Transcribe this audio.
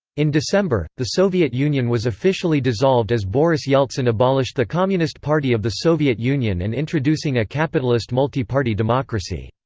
in december, the soviet union was officially dissolved as boris yeltsin abolished the communist party of the soviet union and introducing a capitalist multiparty democracy.